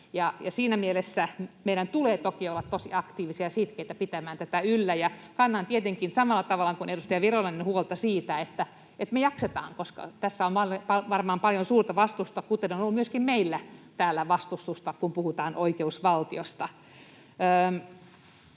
Siinä mielessä meidän tulee toki olla tosi aktiivisia ja sitkeitä pitämään tätä yllä. Kannan tietenkin samalla tavalla kuin edustaja Virolainen huolta siitä, että me jaksetaan, koska tässä on varmaan paljon suurta vastustusta, kuten on ollut myöskin meillä täällä vastustusta, kun puhutaan oikeusvaltiosta.